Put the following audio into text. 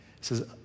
says